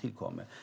tillkommer.